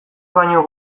baino